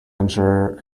unsure